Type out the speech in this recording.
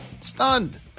stunned